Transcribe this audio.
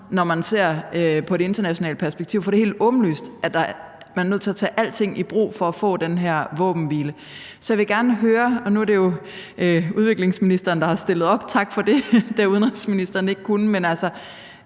når man ser på det i et internationalt perspektiv, for det er helt åbenlyst, at man er nødt til at tage alting i brug for at få den her våbenhvile. Nu er det jo udviklingsministeren, der har stillet op – tak for det – da udenrigsministeren ikke kunne, men kender